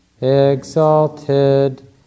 exalted